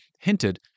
hinted